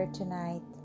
tonight